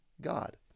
God